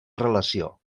relació